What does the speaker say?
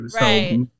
Right